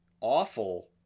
awful